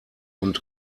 und